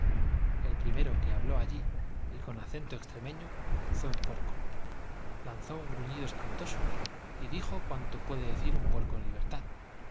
el primero que habló alli y con acento extremeño fué puerco lanzó gruñido un un espantoso y dijo cuanto puede decir un puerco en libertad